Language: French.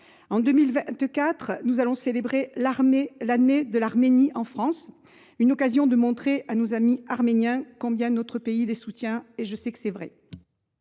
En 2024 nous célébrerons l’année de l’Arménie en France, une occasion de montrer à nos amis arméniens combien notre pays les soutient. La parole est à M.